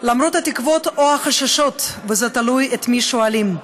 למרות התקוות או החששות, זה תלוי את מי שואלים,